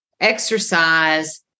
exercise